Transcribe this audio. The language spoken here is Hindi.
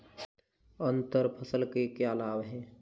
अंतर फसल के क्या लाभ हैं?